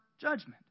judgment